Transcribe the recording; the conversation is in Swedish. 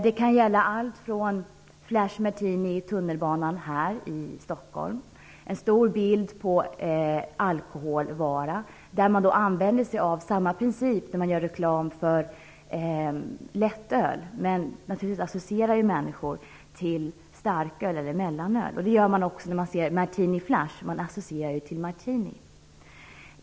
Det kan t.ex. gälla Martini Flash i tunnelbanan här i Stockholm, en stor bild på en alkoholvara där man använder sig av samma princip som när man gör reklam för lättöl - människor associerar naturligtvis till starköl eller mellanöl. På samma sätt associerar man också när man ser Martini Flash - man associerar till Martini.